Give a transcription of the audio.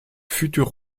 futur